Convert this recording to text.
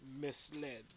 misled